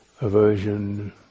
aversion